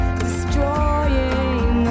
destroying